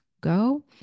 go